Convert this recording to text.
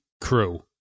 crew